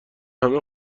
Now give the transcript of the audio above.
همه